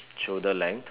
shoulder length